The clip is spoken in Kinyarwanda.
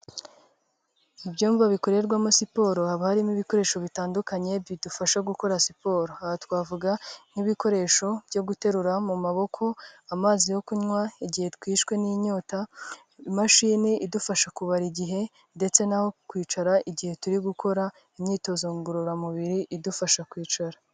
Ibyumba bikorerwamo siporo haba harimo ibikoresho bitandukanye bidufasha gukora siporo, aha twavuga nk'ibikoresho byo guterura mu maboko, amazi yo kunywa igihe twishwe n'inyota, imashini idufasha kubara igihe ndetse n'aho kwicara igihe turi gukora imyitozo ngororamubiri idufasha kwicara.